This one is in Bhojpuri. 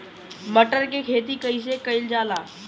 मटर के खेती कइसे कइल जाला?